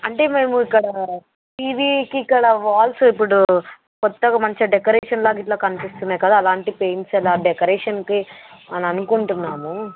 అంటే మేము ఇక్కడ టీవీకి గల వాల్స్ ఇప్పుడు కొత్తగా మంచి డెకరేషన్లాగ గిట్ల కనిపిస్తున్నాయి కదా అలాంటి పెయింట్స్ అలా డెకరేషన్కి అలా అనుకుంటున్నాము